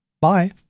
bye